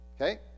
okay